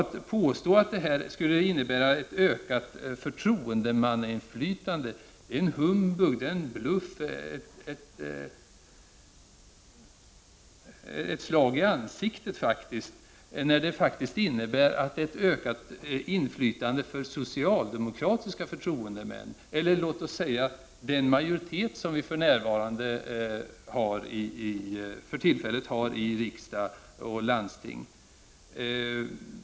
Att påstå att detta förslag skulle innebära ett ökat förtroendemannainflytande — det är en humbug, en bluff, ett slag i ansiktet, när det faktiskt innebär ett ökat inflytande för socialdemokratiska förtroendemän, eller låt oss säga för den majoritet som vi för tillfället har i riksdag och landsting.